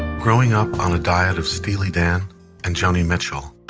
growing up on a diet of steely dan and joni mitchell,